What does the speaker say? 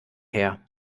her